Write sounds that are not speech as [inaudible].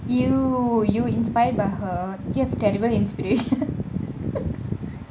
!eww! you inspired by her give tangible inspiration [laughs]